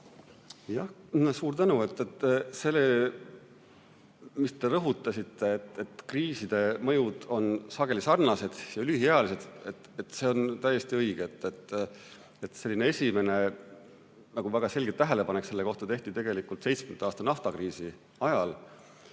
Suur tänu! See, mis te rõhutasite, et kriiside mõjud on sageli sarnased ja lühiajalised, on täiesti õige. Selline esimene väga selge tähelepanek selle kohta tehti 1970. aastate naftakriisi ajal,